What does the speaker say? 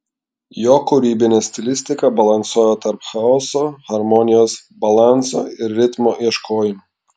jo kūrybinė stilistika balansuoja tarp chaoso harmonijos balanso ir ritmo ieškojimų